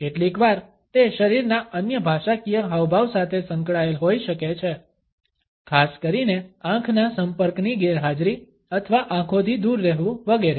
કેટલીકવાર તે શરીરના અન્ય ભાષાકીય હાવભાવ સાથે સંકળાયેલ હોઈ શકે છે ખાસ કરીને આંખના સંપર્કની ગેરહાજરી અથવા આંખોથી દૂર રહેવું વગેરે